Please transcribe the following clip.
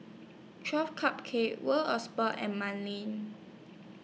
twelve Cupcakes World of Sports and Manning